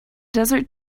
desert